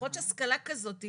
יכול להיות שהשכלה כזאת,